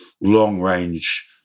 long-range